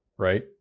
right